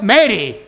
Mary